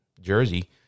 Jersey